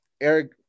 Eric